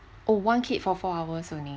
oh one kid for four hours only